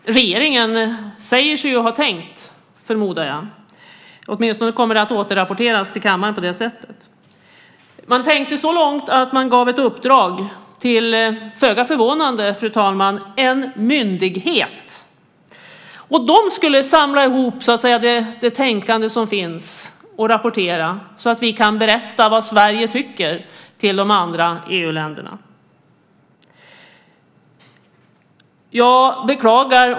Regeringen säger sig ha tänkt, förmodar jag. Åtminstone kommer det att återrapporteras till kammaren på det sättet. Man tänkte så långt att man gav ett uppdrag till - föga förvånande, fru talman - en myndighet. Den skulle samla ihop det tänkande som finns och rapportera så att vi kan berätta vad Sverige tycker till de andra EU-länderna.